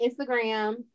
Instagram